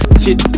chit